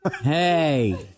Hey